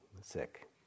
sick